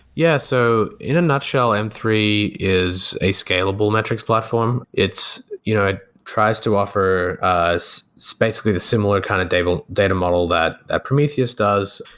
yeah. so in a nutshell, m three is a scalable metrics platform. you know it tries to offer us so basically the similar kind of data data model that prometheus does,